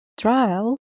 Trial